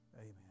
Amen